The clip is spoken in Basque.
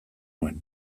nuen